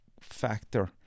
factor